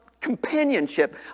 companionship